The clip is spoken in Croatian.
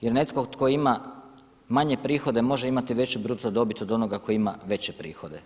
Jer netko tko ima manje prihode može imati veću bruto dobit od onoga koji ima veće prihode.